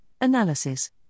analysis